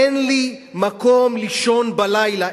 אין לי מקום לישון בלילה.